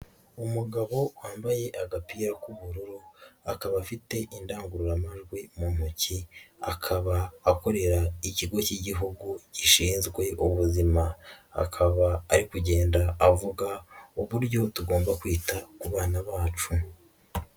Umugabo wambaye agapira k'ubururu, akaba afite indangururamajwi mu ntoki. Akaba akorera ikigo k'igihugu gishinzwe ubuzima. Akaba ari kugenda avuga uburyo tugomba kwita ku bana bacu.